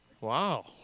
Wow